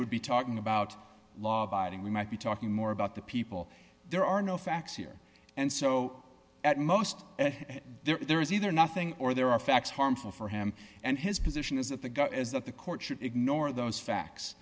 would be talking about law abiding we might be talking more about the people there are no facts here and so at most there is either nothing or there are facts harmful for him and his position is that the guy is that the court should ignore those facts